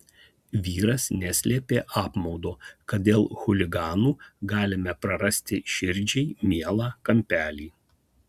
vyras neslėpė apmaudo kad dėl chuliganų galime prarasti širdžiai mielą kampelį